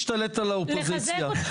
לאחר מכן אלעזר, גדי וינון